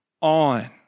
on